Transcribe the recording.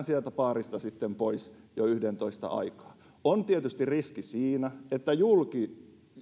sieltä baarista sitten pois jo yhdentoista aikaan on tietysti riski siinä että